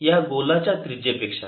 या गोलाच्या त्रिज्येपेक्षा